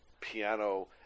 piano